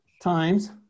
times